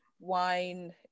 wine